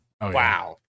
wow